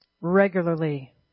Regularly